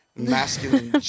Masculine